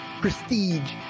prestige